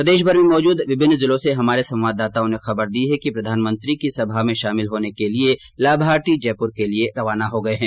प्रदेशभर में मौजूद विभिन्न जिलों से हमारे संवाददाताओं ने खबर दी है कि प्रधानमंत्री की सभा में शामिल होने के लिए लाभार्थी जयपुर के लिए रवाना हो गए है